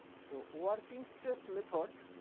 so, working stress method,